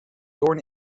doorn